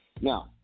Now